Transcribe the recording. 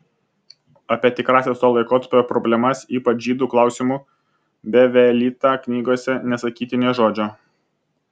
apie tikrąsias to laikotarpio problemas ypač žydų klausimu bevelyta knygose nesakyti nė žodžio